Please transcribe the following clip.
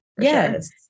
Yes